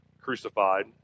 crucified